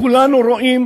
כולנו רואים